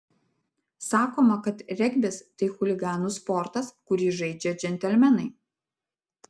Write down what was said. sakoma kad regbis tai chuliganų sportas kurį žaidžia džentelmenai